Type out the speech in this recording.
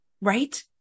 right